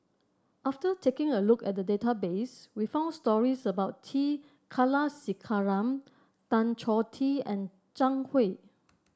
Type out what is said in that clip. after taking a look at the database we found stories about T Kulasekaram Tan Choh Tee and Zhang Hui